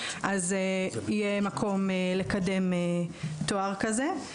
כך יהיה מקום לקדם תואר כזה.